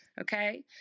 okay